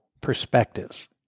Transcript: perspectives